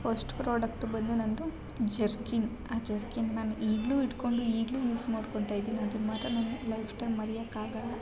first product ಬಂದು ನನ್ನದು jerkin ಆ ಜರ್ಕಿನ್ ನಾನು ಈಗಲೂ ಇಟ್ಕೊಂಡು ಈಗಲೂ ಯೂಸ್ ಮಾಡ್ಕೊತಾ ಇದ್ದೀನಿ ಅದನ್ನ ಮಾತ್ರ ನಾನು ಲೈಫ್ಟೈಮ್ ಮರಿಯಕ್ಕೆ ಆಗಲ್ಲ